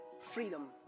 freedom